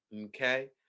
Okay